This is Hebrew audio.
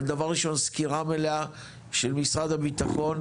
אבל דבר ראשון סקירה מלאה של משרד הביטחון,